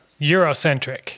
eurocentric